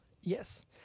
Yes